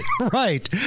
Right